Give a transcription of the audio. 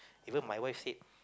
even my wife said